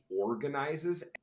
organizes